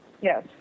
yes